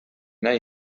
nahi